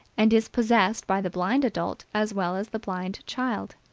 and is possessed by the blind adult as well as the blind child.